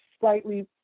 Slightly